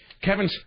Kevin